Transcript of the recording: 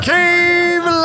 Cave